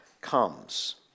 comes